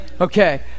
okay